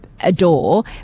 adore